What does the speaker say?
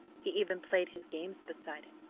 he even played his games beside it.